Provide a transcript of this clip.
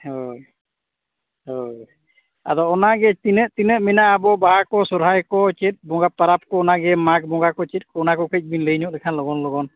ᱦᱳᱭ ᱦᱳᱭ ᱟᱫᱚ ᱚᱱᱟᱜᱮ ᱛᱤᱱᱟᱹᱜ ᱛᱤᱱᱟᱹᱜ ᱢᱮᱱᱟᱜᱼᱟ ᱟᱵᱚ ᱵᱟᱦᱟᱠᱚ ᱥᱚᱨᱦᱟᱭᱠᱚ ᱪᱮᱫ ᱵᱚᱸᱜᱟ ᱯᱟᱨᱟᱵᱽᱠᱚ ᱚᱱᱟᱜᱮ ᱢᱟᱜᱽ ᱵᱚᱸᱜᱟᱠᱚ ᱪᱮᱫᱠᱚ ᱚᱱᱟᱠᱚ ᱠᱟᱹᱡᱵᱤᱱ ᱞᱟᱹᱭᱧᱚᱜ ᱞᱮᱠᱷᱟᱱ ᱞᱚᱜᱚᱱ ᱞᱚᱜᱚᱱ